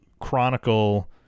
chronicle